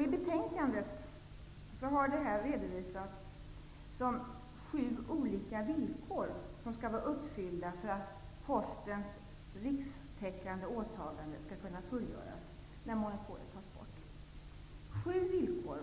I betänkandet har detta redovisats som sju olika villkor som skall vara uppfyllda för att Postens rikstäckande åtagande skall kunna fullgöras när monopolet tas bort. Det är sju villkor